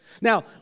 Now